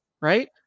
Right